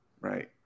right